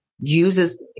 uses